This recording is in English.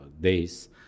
days